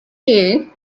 you